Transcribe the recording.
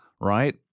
right